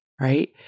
right